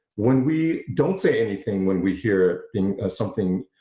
when we don't say anything when we hear in something